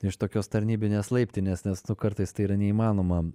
iš tokios tarnybinės laiptinės nes nu kartais tai yra neįmanoma